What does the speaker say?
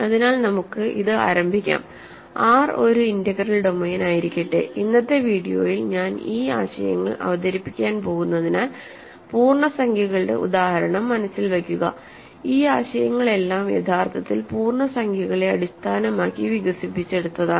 അതിനാൽ നമുക്ക് ഇത് ആരംഭിക്കാം R ഒരു ഇന്റഗ്രൽ ഡൊമെയ്നായിരിക്കട്ടെ ഇന്നത്തെ വീഡിയോയിൽ ഞാൻ ഈ ആശയങ്ങൾ അവതരിപ്പിക്കാൻ പോകുന്നതിനാൽ പൂർണ്ണസംഖ്യകളുടെ ഉദാഹരണം മനസ്സിൽ വയ്ക്കുക ഈ ആശയങ്ങളെല്ലാം യഥാർത്ഥത്തിൽ പൂർണ്ണസംഖ്യകളെ അടിസ്ഥാനമാക്കി വികസിപ്പിച്ചെടുത്തതാണ്